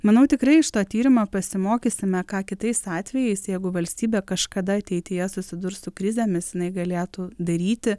manau tikrai iš to tyrimo pasimokysime ką kitais atvejais jeigu valstybė kažkada ateityje susidurs su krizėmis jinai galėtų daryti